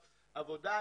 עבודה.